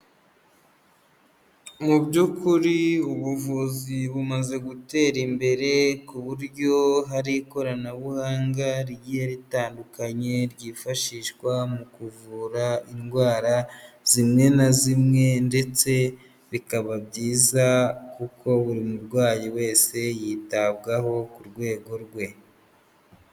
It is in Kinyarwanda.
Mu by'ukuri, ubuvuzi bumaze gutera imbere ku buryo hari ikoranabuhanga rigiye ritandukanye ryifashishwa mu kuvura indwara zimwe na zimwe ndetse bikaba byiza kuko buri murwayi wese yitabwaho ku rwego rwe.